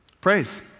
Praise